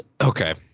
Okay